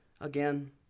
Again